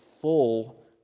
full